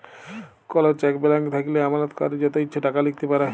call cheque blank থ্যাইকলে আমালতকারী যত ইছে টাকা লিখতে পারে